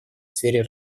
сфере